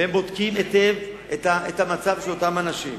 והם בודקים היטב את המצב של אותם אנשים.